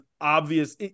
obvious